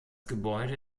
gebäude